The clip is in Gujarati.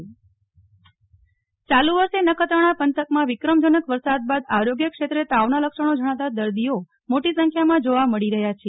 નેહલ ઠક્કર નખત્રાણા આરોગ્ય વિભાગ યાલુ વર્ષે નખત્રાણા પંથકમાં વિક્રમજનક વરસાદ બાદ આરોગ્ય ક્ષેત્રે તાવના લક્ષણો જણાતા દર્દીઓ મોટી સંખ્યામાં જોવા મળી રહ્યા છે